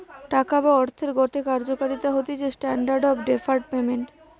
টাকা বা অর্থের গটে কার্যকারিতা হতিছে স্ট্যান্ডার্ড অফ ডেফার্ড পেমেন্ট